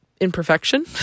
imperfection